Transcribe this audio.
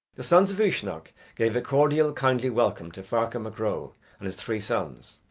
the sons of uisnech gave a cordial kindly welcome to ferchar mac ro and his three sons,